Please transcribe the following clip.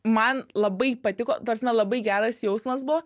man labai patiko ta prasme labai geras jausmas buvo